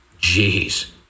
Jeez